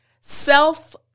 self